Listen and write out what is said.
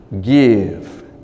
give